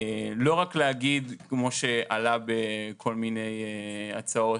לא רק להגיד כמו שעלה בכל מיני הצעות